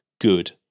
good